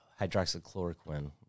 hydroxychloroquine